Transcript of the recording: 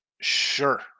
Sure